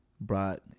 brought